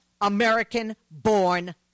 American-born